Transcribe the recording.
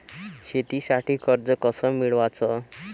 शेतीसाठी कर्ज कस मिळवाच?